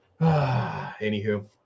Anywho